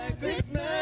Christmas